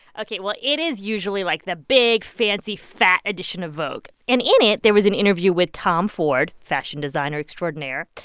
ok, well it is usually, like, the big, fancy, fat edition of vogue. and in it, there was an interview with tom ford, fashion designer extraordinaire.